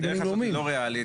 הדרך הזאת לא ריאלית,